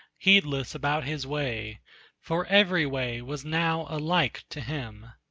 heedless about his way for every way was now alike to him.